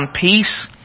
peace